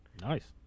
Nice